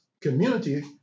community